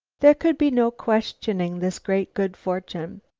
there could be no questioning this great good fortune.